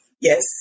Yes